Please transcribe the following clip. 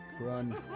Run